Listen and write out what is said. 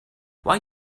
why